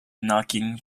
knocking